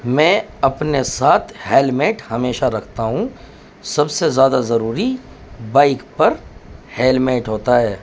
میں اپنے ساتھ ہیلمیٹ ہمیشہ رکھتا ہوں سب سے زیادہ ضروری بائک پر ہیلمیٹ ہوتا ہے